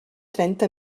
trenta